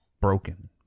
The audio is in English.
Broken